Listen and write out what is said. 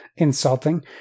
insulting